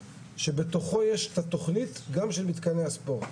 כשבתוכו יש את התכנית גם של מתקני הספורט.